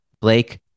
Blake